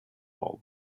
all